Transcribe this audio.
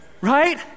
Right